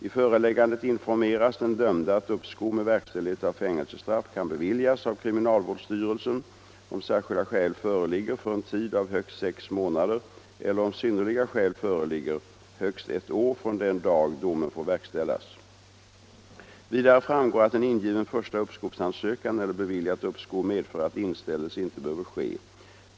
I föreläggandet informeras den dömde om att uppskov med verkställighet av fängelsestraff kan beviljas av kriminalvårdsstyrelsen om särskilda skäl föreligger för en tid av högst sex månader eller — om synnerliga skäl föreligger — högst ett år från den dag domen får verkställas. Vidare framgår att en ingiven första uppskovsansökan eller beviljat uppskov medför att inställelse inte behöver ske.